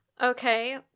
Okay